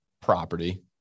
property